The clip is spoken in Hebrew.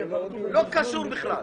קשור בכלל.